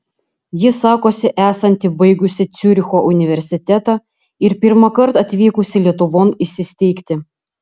ji sakosi esanti baigusi ciuricho universitetą ir pirmąkart atvykusi lietuvon įsisteigti